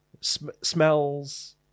smells